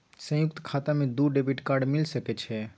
संयुक्त खाता मे दू डेबिट कार्ड मिल सके छै?